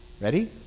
Ready